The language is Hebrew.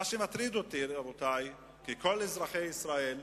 מטרידים אותי, רבותי, כמו את כל אזרחי ישראל,